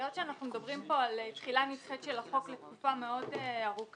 מכיוון שאנחנו מדברים פה על תחילה נדחית של החוק לתקופה מאוד ארוכה,